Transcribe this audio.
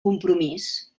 compromís